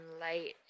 light